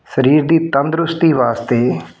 ਸਰੀਰ ਦੀ ਤੰਦਰੁਸਤੀ ਵਾਸਤੇ